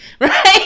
right